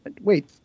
Wait